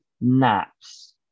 naps